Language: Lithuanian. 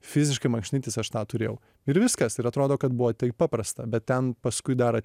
fiziškai mankštintis aš tą turėjau ir viskas ir atrodo kad buvo taip paprasta bet ten paskui dar